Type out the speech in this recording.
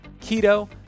keto